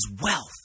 wealth